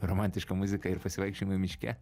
romantiška muzika ir pasivaikščiojimai miške